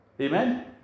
Amen